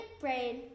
brain